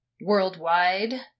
worldwide